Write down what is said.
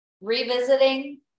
Revisiting